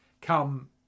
come